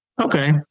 Okay